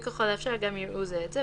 וככל האפשר גם יראו זה את זה,